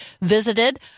visited